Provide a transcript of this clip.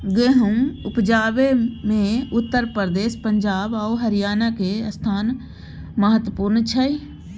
गहुम उपजाबै मे उत्तर प्रदेश, पंजाब आ हरियाणा के स्थान महत्वपूर्ण छइ